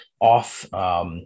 off